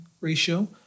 ratio